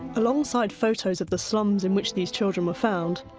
alongside photos of the slums in which these children were found,